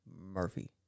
murphy